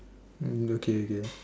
mm okay okay ah